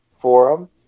forum